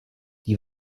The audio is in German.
die